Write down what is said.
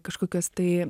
kažkokios tai